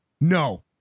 No